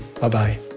Bye-bye